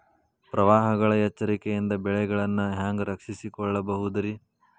ಪ್ರವಾಹಗಳ ಎಚ್ಚರಿಕೆಯಿಂದ ಬೆಳೆಗಳನ್ನ ಹ್ಯಾಂಗ ರಕ್ಷಿಸಿಕೊಳ್ಳಬಹುದುರೇ?